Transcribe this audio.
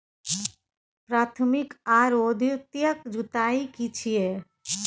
प्राथमिक आरो द्वितीयक जुताई की छिये?